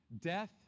death